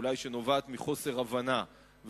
אולי שנובעת מחוסר הבנה,